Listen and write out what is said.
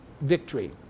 victory